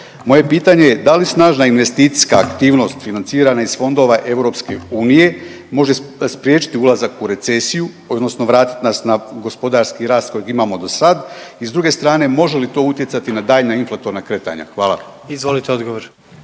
Moje pitanje je da li snažna investicijska aktivnost financirana iz fondova EU može spriječiti ulazak u recesiju, odnosno vratit nas na gospodarski rast kojeg imamo do sad. I s druge strane može li to utjecati na daljnja inflatorna kretanja? Hvala. **Jandroković,